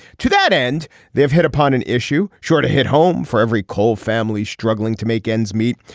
to that end they have hit upon an issue sure to hit home for every coal family struggling to make ends meet.